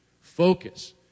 Focus